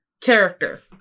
character